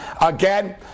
again